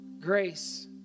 Grace